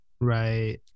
Right